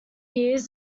years